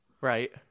Right